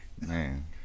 Man